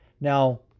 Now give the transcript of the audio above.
now